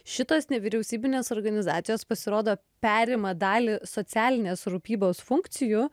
šitos nevyriausybinės organizacijos pasirodo perima dalį socialinės rūpybos funkcijų